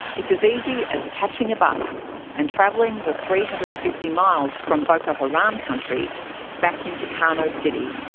it's as easy as catching a bus and travelling the three hundred and fifty miles from boko haram country back into kano city,